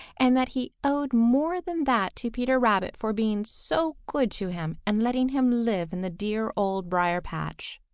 and that he owed more than that to peter rabbit for being so good to him and letting him live in the dear old briar-patch.